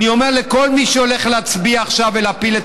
אני אומר לכל מי שהולך להצביע עכשיו ולהפיל את